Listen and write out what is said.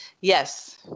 Yes